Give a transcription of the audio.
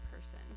person